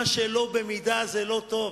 מה שלא במידה זה לא טוב.